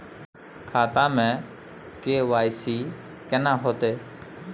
खाता में के.वाई.सी केना होतै?